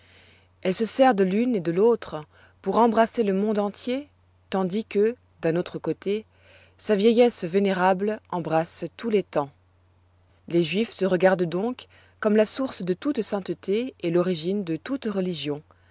elle se sert de l'une et de l'autre pour embrasser le monde entier tandis que d'un autre côté sa vieillesse vénérable embrasse tous les temps les juifs se regardent donc comme la source de toute sainteté et l'origine de toute religion